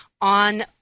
on